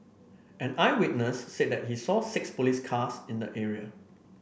an eyewitness said that he saw six police cars in the area